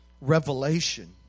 revelation